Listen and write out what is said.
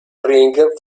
ring